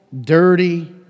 dirty